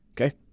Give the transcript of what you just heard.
Okay